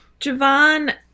Javon